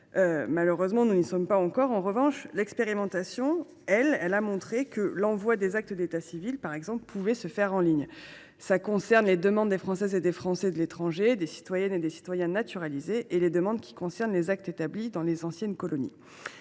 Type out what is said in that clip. Malheureusement, nous n’y sommes pas encore. En revanche, l’expérimentation a montré que l’envoi des actes d’état civil, par exemple, pouvait se faire en ligne – cela concerne les demandes des Françaises et des Français de l’étranger, des citoyennes et des citoyens naturalisés, ainsi que les demandes relatives aux actes établis dans les anciennes colonies.